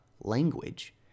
language